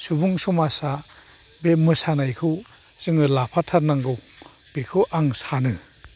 सुबुं समाजा बे मोसानायखौ जोङो लाफाथारनांगौ बेखौ आं सानो